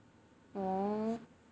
oh